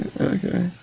Okay